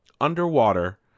underwater